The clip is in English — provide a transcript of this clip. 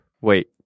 Wait